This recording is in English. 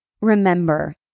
Remember